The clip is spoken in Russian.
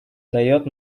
дает